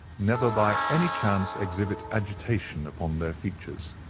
never by any chance exhibit agitation upon their features.